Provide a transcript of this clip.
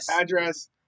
Address